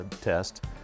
test